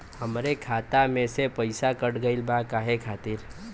हमरे खाता में से पैसाकट गइल बा काहे खातिर?